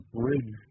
bridge